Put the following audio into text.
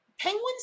penguins